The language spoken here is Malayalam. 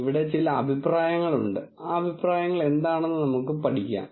ഇവിടെ ചില അഭിപ്രായങ്ങളുണ്ട് ആ അഭിപ്രായങ്ങൾ എന്താണെന്ന് നമുക്ക് പഠിക്കാം